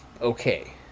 okay